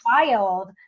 wild